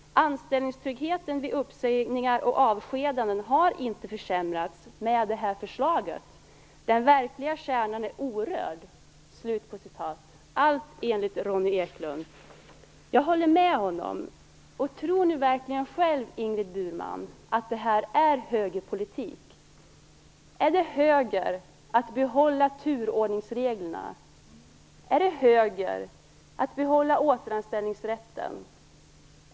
Anställningstryggheten vid uppsägningar och avskedanden har inte försämrats med det här förslaget. Den verkliga kärnan är orörd. Allt enligt Ronnie Eklund. Jag håller med honom. Tror Ingrid Burman verkligen själv att det här är högerpolitik? Är det högerpolitik att behålla turordningsreglerna? Är det högerpolitik att behålla återanställningsrätten?